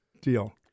deal